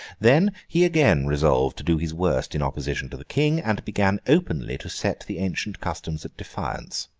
then, he again resolved to do his worst in opposition to the king, and began openly to set the ancient customs at defiance.